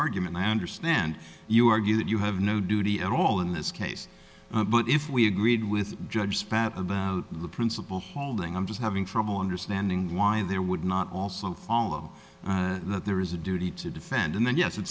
argument i understand you argue that you have no duty at all in this case but if we agreed with judge spat about the principle holding i'm just having trouble understanding why there would not also follow that there is a duty to defend and then yes